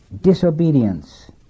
disobedience